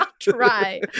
try